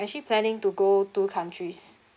actually planning to go two countries